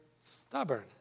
stubborn